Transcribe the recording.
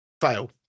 fail